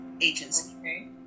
Agency